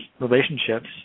relationships